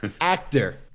actor